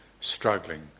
struggling